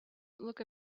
look